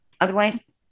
otherwise